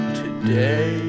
today